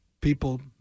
people –